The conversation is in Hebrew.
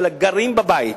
של הגרים בבית.